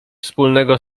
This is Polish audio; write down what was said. wspólnego